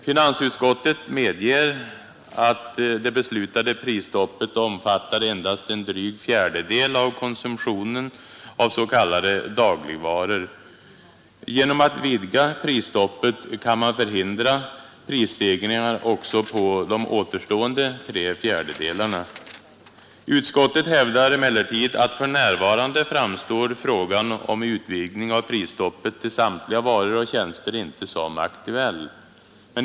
Finansutskottet medger att det beslutade prisstoppet omfattar endast en dryg fjärdedel av konsumtionen av s.k. dagligvaror. Genom att vidga prisstoppet kan man förhindra prisstegringar också på de återstående tre fjärdedelarna. Utskottet hävdar att för närvarande framstår frågan om utvidgning av prisstoppet till samtliga varor och tjänster inte som aktuell.